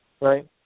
Right